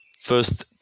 first